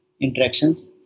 interactions